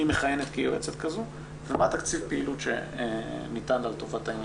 מי מכהנת כיועצת כזו ומה התקציב פעילות שניתן לה לטובת העניין.